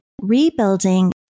rebuilding